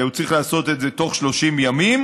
והוא צריך לעשות את זה בתוך 30 ימים.